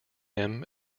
him